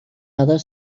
other